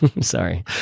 sorry